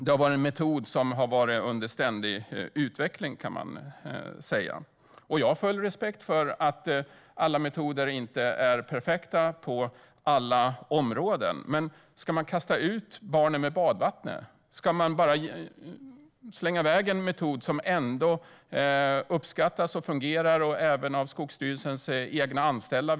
Det är en metod som har varit under ständig utveckling, kan man säga. Jag har full respekt för att alla metoder inte är perfekta på alla områden, men ska man kasta ut barnet med badvattnet? Ska man bara slänga iväg en metod som ändå uppskattas och fungerar, även av Skogsstyrelsens egna anställda?